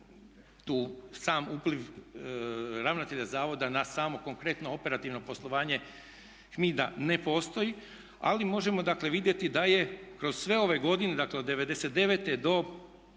tu sam upliv ravnatelja zavoda na samo konkretno operativno poslovanje HMID-a ali možemo dakle vidjeti da je kroz sve ove godine dakle od 99.do